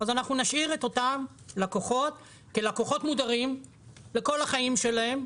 אז אנחנו נשאיר את אותם לקוחות כלקוחות מודרים לכל החיים שלהם,